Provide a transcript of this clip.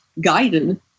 guided